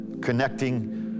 connecting